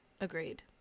agreed